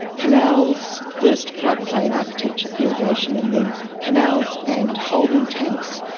canals, first floodplain architecture, irrigation and then canals and holding tanks.